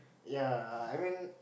yea I mean